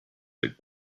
had